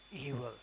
evil